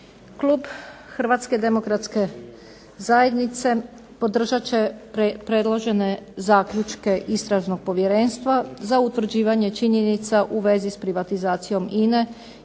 Klub Hrvatske demokratske zajednice podržat će predložene zaključke Istražnog povjerenstva za utvrđivanje činjenica u vezi sa privatizacijom